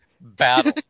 battle